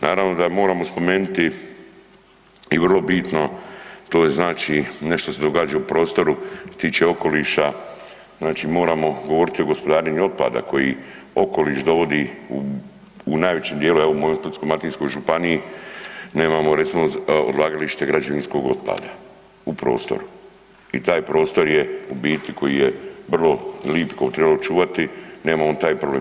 Naravno da moramo spomenuti i vrlo bitno, to je znači nešto se događa u prostoru, što se tiče okoliša znači moramo govoriti o gospodarenju otpada koji okoliš dovodi u najvećem dijelu, evo u mojoj Splitsko-dalmatinskoj županiji nemamo recimo odlagalište građevinskog otpada u prostoru i taj prostor je u biti koji je vrlo lip i koji bi tribalo čuvati, nemamo taj problem.